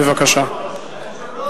נתקבלה.